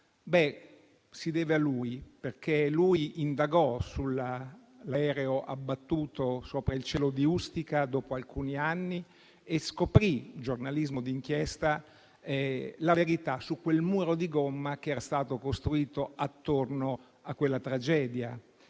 lo si deve a lui, perché indagò sull'aereo abbattuto sopra il cielo di Ustica dopo alcuni anni e scoprì, con il giornalismo d'inchiesta, la verità su quel muro di gomma che era stato costruito attorno a quella tragedia.